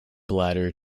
bladder